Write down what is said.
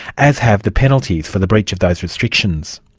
as have the penalties for the breach of those restrictions.